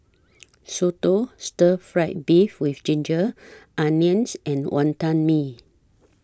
Soto Stir Fried Beef with Ginger Onions and Wonton Mee